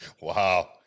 wow